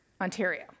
Ontario